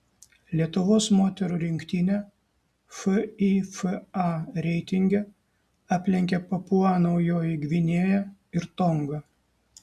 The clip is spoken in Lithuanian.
lietuvos moterų rinktinę fifa reitinge aplenkė papua naujoji gvinėja ir tonga